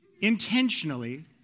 intentionally